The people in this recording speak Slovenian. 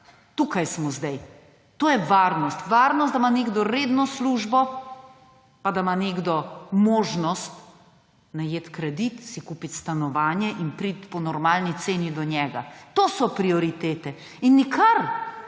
Tukaj smo zdaj. To je varnost, varnost, da ima nekdo redno službo pa da ima nekdo možnost najeti kredit, si kupiti stanovanje in priti po normalni ceni do njega, to so prioritete. In nikar